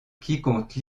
quiconque